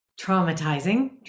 traumatizing